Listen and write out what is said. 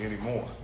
anymore